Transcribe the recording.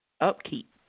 upkeep